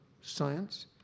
science